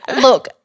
Look